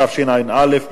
התשע"א 2011,